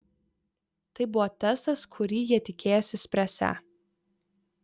tai buvo testas kurį jie tikėjosi spręsią